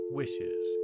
wishes